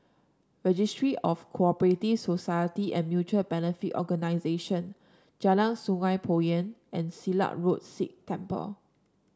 Registry of Co Operative Society and Mutual Benefit Organisation Jalan Sungei Poyan and Silat Road Sikh Temple